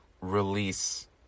release